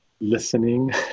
listening